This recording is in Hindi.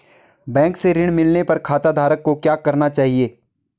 बैंक से ऋण मिलने पर खाताधारक को क्या करना चाहिए?